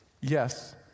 yes